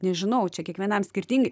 nežinau čia kiekvienam skirtingai